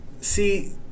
See